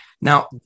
Now